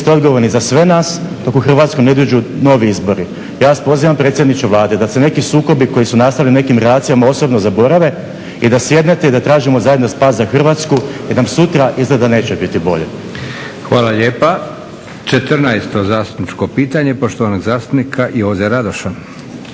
Hvala lijepa. Očitovanje poštovanog zastupnika Joze Radoša.